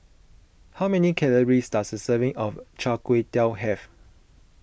how many calories does a serving of Char Kway Teow have